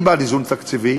אני בעד איזון תקציבי,